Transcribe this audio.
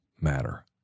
matter